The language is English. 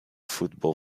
football